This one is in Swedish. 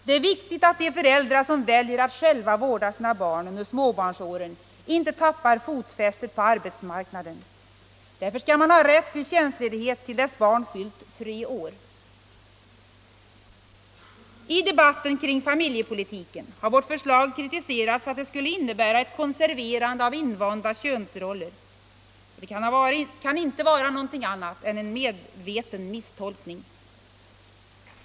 Det är viktigt att de föräldrar som väljer att själva vårda sina barn under småbarnsåren inte tappar fotfästet på arbetsmarknaden. Därför skall man ha rätt till tjänstledighet till dess barn fyllt tre år. I debatten kring familjepolitiken har vårt förslag kritiserats för att det skulle innebära ett konserverande av invanda könsroller. Detta kan inte vara något annat än en medveten misstolkning.